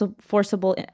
forcible